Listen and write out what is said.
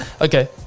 okay